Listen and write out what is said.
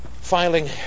filing